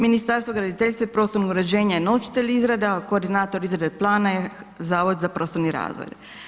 Ministarstvo graditeljstva i prostornog uređenja je nositelj izrade a koordinator izrade plana je Zavod za prostorni razvoj.